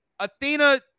Athena